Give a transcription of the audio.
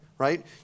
Right